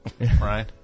right